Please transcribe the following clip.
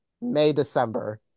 May-December